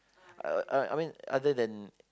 uh I mean other than